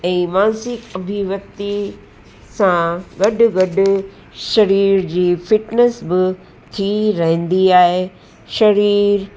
ऐं मानसिक अभिव्यक्ति सां गॾु गॾु सरीर जी फिटनिस बि थी रहंदी आहे सरीरु